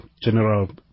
General